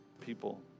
people